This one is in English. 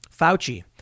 Fauci